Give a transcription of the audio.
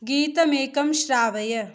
गीतमेकं श्रावय